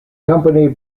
company